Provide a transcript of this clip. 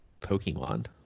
Pokemon